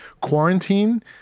quarantine